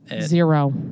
Zero